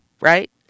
right